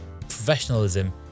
professionalism